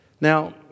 Now